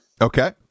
okay